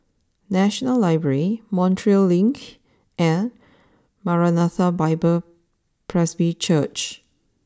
National library Montreal Link and Maranatha Bible Presby Church